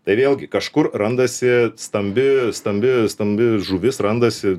tai vėlgi kažkur randasi stambi stambi stambi žuvis randasi